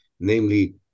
Namely